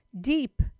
deep